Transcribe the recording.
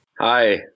hi